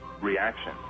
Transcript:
reaction